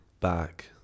back